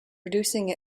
reducing